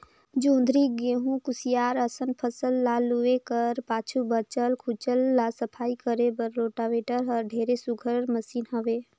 जोंधरी, गहूँ, कुसियार असन फसल ल लूए कर पाछू बाँचल खुचल ल सफई करे बर रोटावेटर हर ढेरे सुग्घर मसीन हवे